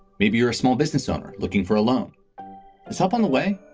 maybe you're a small business owner looking for a loan help on the way.